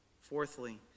Fourthly